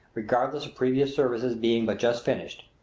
regardless of previous services being but just finished.